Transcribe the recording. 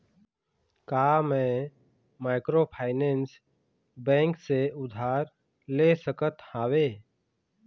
का मैं microfinance bank से उधार ले सकत हावे?